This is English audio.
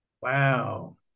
Wow